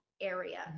area